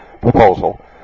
proposal